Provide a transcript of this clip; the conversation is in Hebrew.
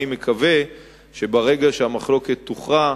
אני מקווה שברגע שהמחלוקת תוכרע,